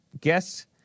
guest